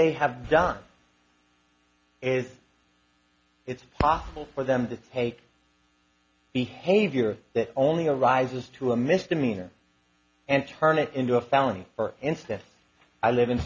they have done is it's possible for them to take behavior that only a rises to a misdemeanor and turn it into a felony for instance i live in